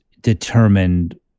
determined